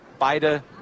Beide